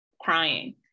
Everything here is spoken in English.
crying